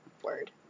word